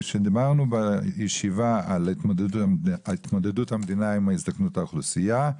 דיברנו בישיבה על התמודדות המדינה עם הזדקנות האוכלוסייה,